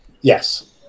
Yes